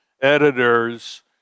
editors